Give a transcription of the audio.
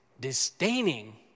disdaining